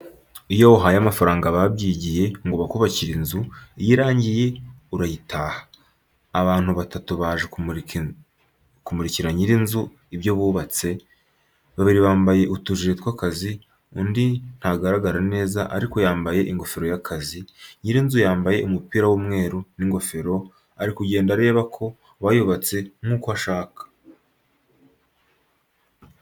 Iyo wahaye amafaranga ababyigiye ngo bakubakire inzu, iyo irangiye urayitaha. Abantu batatu baje kumurikira nyir'inzu ibyo bubatse, babiri bambaye utujire tw'akazi, undi ntagaragara neza ariko yambaye ingofero y'akazi, nyir'inzu yambaye umupira w'umweru n'ingofero, ari kugenda areba ko bayubatse nk'uko ashaka.